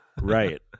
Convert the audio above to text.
Right